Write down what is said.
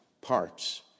parts